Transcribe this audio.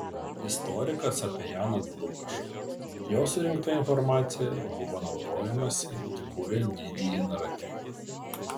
istorikas apie janą dlugošą jo surinkta informacija buvo naudojamasi kuriant didįjį naratyvą